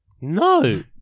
No